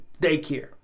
daycare